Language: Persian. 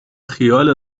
خیال